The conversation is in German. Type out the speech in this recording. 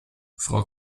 frau